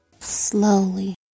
Slowly